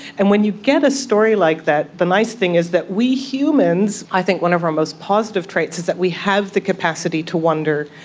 and when you get a story like that, the nice thing is that we humans, i think one of our most positive traits is that we have the capacity to wonder,